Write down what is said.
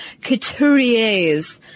couturiers